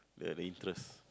the interest